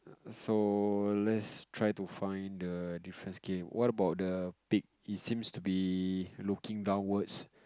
so let's try to find the difference okay what about the pig it seems to be looking downwards